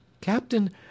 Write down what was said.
—Captain